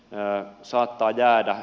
näin saattaa jäädä